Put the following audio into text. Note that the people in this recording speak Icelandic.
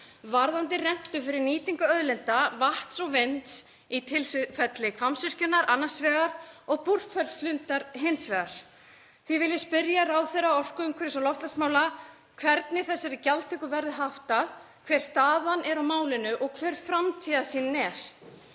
varðandi rentu fyrir nýtingu auðlinda vatns og vinds í tilfelli Hvammsvirkjunar annars vegar og Búrfellslundar hins vegar. Því vil ég spyrja ráðherra umhverfis-, orku- og loftslagsmála hvernig þessari gjaldtöku verði háttað, hver staðan sé á málinu og hver framtíðarsýnin